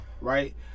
right